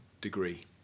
degree